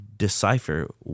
decipher